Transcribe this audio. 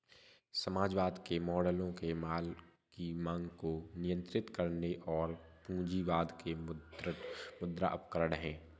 समाजवाद के मॉडलों में माल की मांग को नियंत्रित करने और पूंजीवाद के मुद्रा उपकरण है